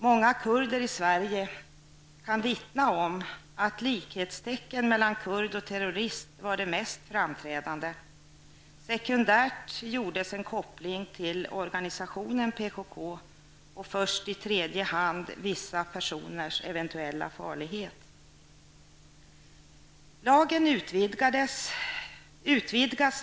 Många kurder i Sverige kan vittna om att likhetstecken mellan kurd och terrorist var det mest framträdande. Sekundärt gjordes en koppling till organisationen PKK, och först i tredje hand vissa personers eventuella farlighet.